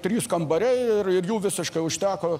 trys kambariai ir ir jų visiškai užteko